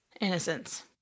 innocence